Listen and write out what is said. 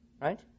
right